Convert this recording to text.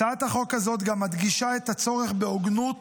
הצעת החוק הזאת גם מדגישה את הצורך בהוגנות